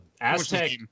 Aztec